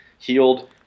healed